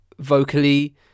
vocally